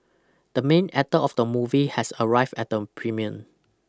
the main actor of the movie has arrived at the premiere